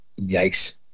Yikes